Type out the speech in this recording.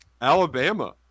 Alabama